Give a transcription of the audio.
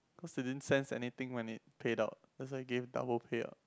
cause you didn't sense anything when it paid out that's why gave double payout